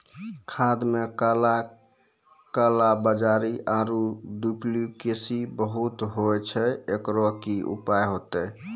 खाद मे काला कालाबाजारी आरु डुप्लीकेसी बहुत होय छैय, एकरो की उपाय होते?